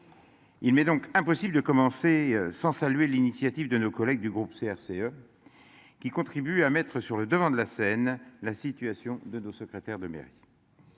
Il m'est donc impossible de commencer sans saluer l'initiative de nos collègues du groupe CRCE. Qui contribue à mettre sur le devant de la scène. La situation de de secrétaire de mairie.